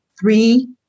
three